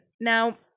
now